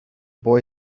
boy